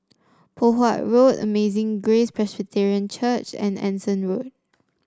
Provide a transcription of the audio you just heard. Poh Huat Road Amazing Grace Presbyterian Church and Anson Road